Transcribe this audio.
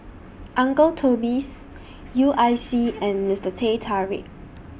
Uncle Toby's U I C and Mister Teh Tarik